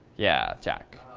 yeah, jack.